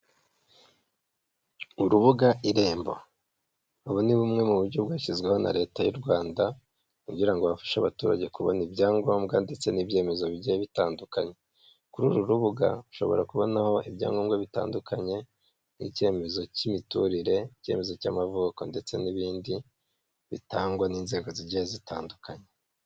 Urubuga irembo ubu ni bumwe mu buryo bwashyizweho na leta y'u Rwanda kugira ngo bafashe abaturage kubona ibyangombwa ndetse n'ibyemezo bigiye bitandukanye, kuri uru rubuga bashobora kubonaho ibyangombwa bitandukanye nk'icyemezo cy'imiturire, icyemezo cy'amavuko ndetse n'ibindi bitangwa n'inzego zigiye zitandukanye.